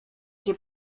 się